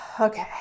okay